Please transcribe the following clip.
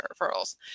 referrals